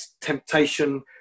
temptation